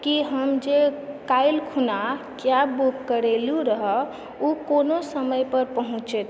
कि हम जे काल्हि खुना कैब बुक करेलू रहए ऊ कोना समयपर पहुँचत